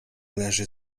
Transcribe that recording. leży